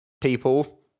people